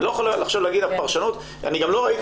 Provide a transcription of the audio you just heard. אני לא יכול עכשיו להגיד שהפרשנות אני גם לא ראיתי